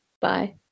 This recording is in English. bye